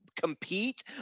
compete